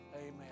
amen